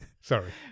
Sorry